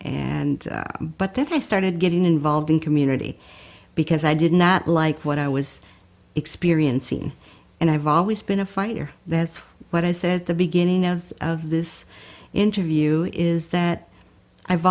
and but then i started getting involved in community because i did not like what i was experiencing and i've always been a fighter that's what i said the beginning of of this interview is that i've